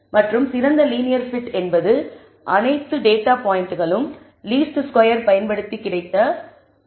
மற்றும் சிறந்த linear fit என்பது அனைத்து டேட்டா பாய்ண்டுகளிலும் லீஸ்ட் ஸ்கொயர் பயன்படுத்தி கிடைத்தது